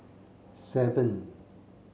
seven